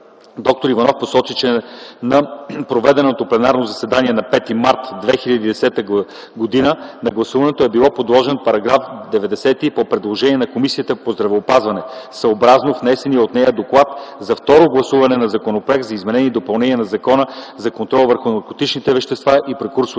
д-р Иванов посочи, че на проведеното пленарно заседание на 5 март 2010 г. на гласуване е бил подложен § 90 по предложението на Комисията по здравеопазването, съобразно внесения от нея доклад за второ гласуване на Законопроект за изменение и допълнение на Закона за контрол върху наркотичните вещества и прекурсорите